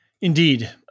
Indeed